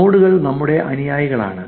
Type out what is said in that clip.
നോഡുകൾ നമ്മുടെ അനുയായികളാണ്